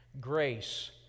Grace